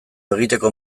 egiteko